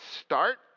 start